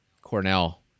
Cornell